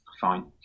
fine